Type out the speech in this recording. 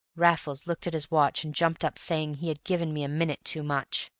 raffles looked at his watch and jumped up saying he had given me a minute too much.